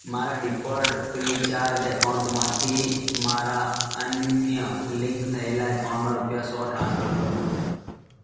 મારા default Freecharge એકાઉન્ટમાંથી મારા અન્ય લિંક થયેલા એકાઉન્ટમાં રૂપિયા સો ટ્રાન્સફર કરો